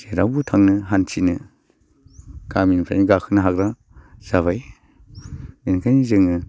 जेरावबो थांनो हान्थिनो गामिनिफ्रायनो गाखोनो हाग्रा जाबाय ओंखायनो जोङो